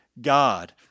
God